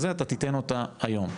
אתה תיתן אותה היום.